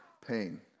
pain